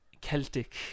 Celtic